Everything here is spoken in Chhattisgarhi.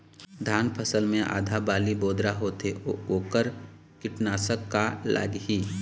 धान फसल मे आधा बाली बोदरा होथे वोकर कीटनाशक का लागिही?